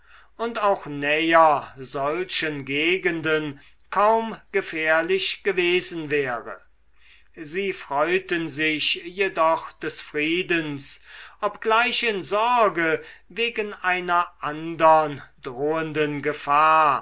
und auch näher solchen gegenden kaum gefährlich gewesen wäre sie freuten sich jedoch des friedens obgleich in sorge wegen einer andern drohenden gefahr